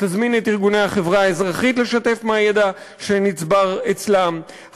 תזמין את ארגוני החברה האזרחית לשתף מהידע שנצבר אצלם,